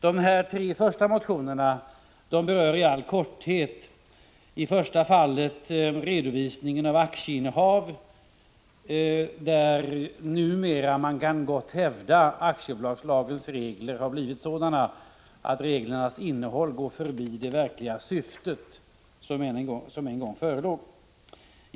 Den första av dessa tre motioner berör i all korthet redovisningen av aktieinnehav. Man kan gott hävda att aktiebolagslagens regler beträffande aktieinnehav numera har blivit sådana att reglernas innehåll går förbi det verkliga syfte som en gång förelåg.